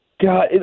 God